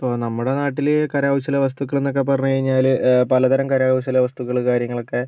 ഇപ്പോൾ നമ്മുടെ നാട്ടില് കരകൗശല വസ്തുക്കൾ എന്ന് ഒക്കെ പറഞ്ഞ് കഴിഞ്ഞാല് പല തരം കരകൗശല വസ്തുക്കളും കാര്യങ്ങളൊക്കെ